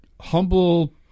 humble